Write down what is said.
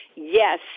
Yes